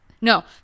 No